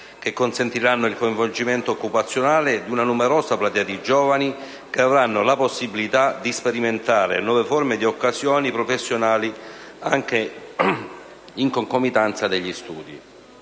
che consentiranno il coinvolgimento occupazionale di una numerosa platea di giovani che avranno la possibilità di sperimentare nuove forme di occasioni professionali anche in concomitanza degli studi.